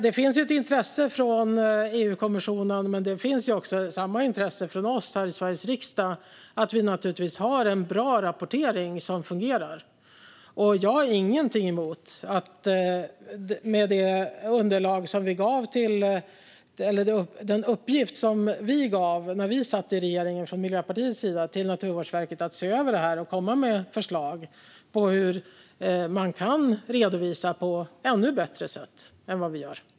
Det finns ett intresse från EU-kommissionen, men samma intresse finns också från oss här i Sveriges riksdag, av att vi ska ha en bra rapportering som fungerar. Från Miljöpartiets sida gav vi i uppgift till Naturvårdsverket, när vi satt i regeringen, att se över det här och komma med förslag på hur vi kan redovisa på ännu bättre sätt än vad vi gör.